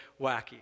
wacky